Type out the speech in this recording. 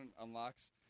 unlocks